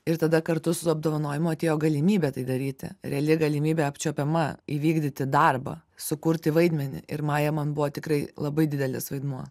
ir tada kartu su apdovanojimu atėjo galimybė tai daryti reali galimybė apčiuopiama įvykdyti darbą sukurti vaidmenį ir maja man buvo tikrai labai didelis vaidmuo